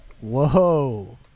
whoa